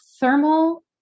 thermal